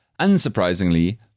unsurprisingly